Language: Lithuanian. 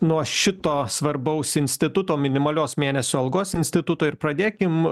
nuo šito svarbaus instituto minimalios mėnesio algos instituto ir pradėkim